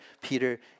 Peter